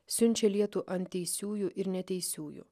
siunčia lietų ant teisiųjų ir neteisiųjų